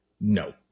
No